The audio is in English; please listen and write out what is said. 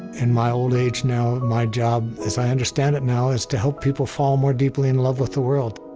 in my old age now, my job, as i understand it now, is to help people fall more deeply in love with the world.